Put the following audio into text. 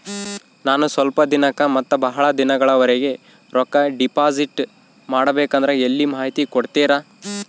ನಾನು ಸ್ವಲ್ಪ ದಿನಕ್ಕ ಮತ್ತ ಬಹಳ ದಿನಗಳವರೆಗೆ ರೊಕ್ಕ ಡಿಪಾಸಿಟ್ ಮಾಡಬೇಕಂದ್ರ ಎಲ್ಲಿ ಮಾಹಿತಿ ಕೊಡ್ತೇರಾ?